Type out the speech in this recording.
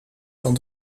van